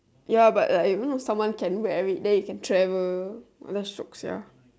ya but like even though someone get wear it then you can travel !wah! shiok sia